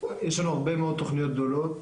יש לנו הרבה מאוד תוכניות גדולות,